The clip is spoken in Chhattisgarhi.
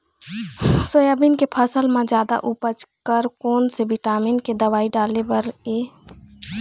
सोयाबीन के फसल म जादा उपज बर कोन से विटामिन के दवई डाले बर ये?